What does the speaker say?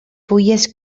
fulles